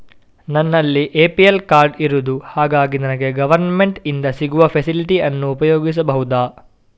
ನನ್ನಲ್ಲಿ APL card ಇರುದು ಹಾಗಾಗಿ ನನಗೆ ಗವರ್ನಮೆಂಟ್ ಇಂದ ಸಿಗುವ ಫೆಸಿಲಿಟಿ ಅನ್ನು ಉಪಯೋಗಿಸಬಹುದಾ?